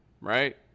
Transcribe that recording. right